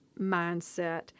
mindset